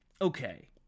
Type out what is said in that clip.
okay